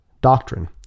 doctrine